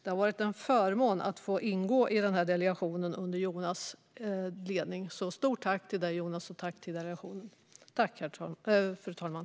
Det har varit en förmån att få ingå i delegationen under din ledning, Jonas, så stort tack till dig och till delegationen!